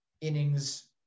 innings